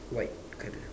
white colour